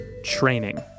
Training